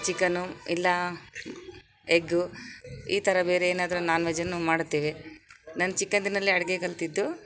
chicken ಇಲ್ಲಾ egg ಈ ಥರ ಬೇರೆ ಏನಾದರು ನಾನ್ವೆಜನ್ನು ಮಾಡ್ತಿವಿ ನಾನು ಚಿಕ್ಕಂದಿನಲ್ಲೆ ಅಡಿಗೆ ಕಲ್ತಿದ್ದು